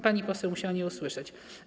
Pani poseł musiała nie usłyszeć.